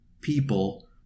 people